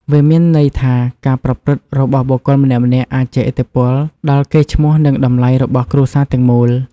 វាមានន័យថាការប្រព្រឹត្តរបស់បុគ្គលម្នាក់ៗអាចជះឥទ្ធិពលដល់កេរ្តិ៍ឈ្មោះនិងតម្លៃរបស់គ្រួសារទាំងមូល។